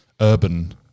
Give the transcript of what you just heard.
urban